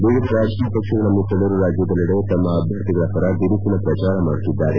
ವಿವಿಧ ರಾಜಕೀಯ ಪಕ್ಷಗಳ ಮುಖಂಡರು ರಾಜ್ಯದೆಲ್ಲೆಡೆ ತಮ್ಮ ಅಭ್ಯರ್ಥಿಗಳ ಪರ ಬಿರುಸಿನ ಪ್ರಚಾರ ಮಾಡುತ್ತಿದ್ದಾರೆ